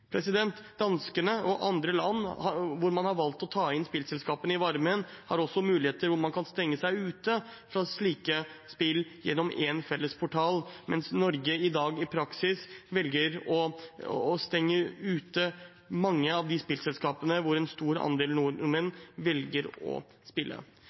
og andre land hvor man har valgt å ta spillselskapene inn i varmen, har også muligheter for å stenge seg ute fra slike spill gjennom én felles portal, mens Norge i dag i praksis velger å stenge ute mange av de spillselskapene der en stor andel nordmenn velger å spille.